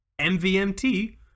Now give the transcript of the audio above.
MVMT